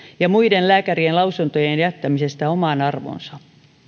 ja muiden lääkärien lausuntojen jättämisestä omaan arvoonsa